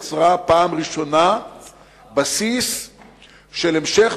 היא יצרה פעם ראשונה בסיס של המשך